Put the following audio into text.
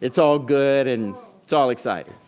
it's all good, and it's all exciting.